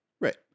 Right